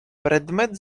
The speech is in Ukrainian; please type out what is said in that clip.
предмет